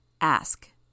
Ask